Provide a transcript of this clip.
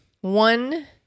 One